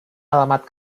alamat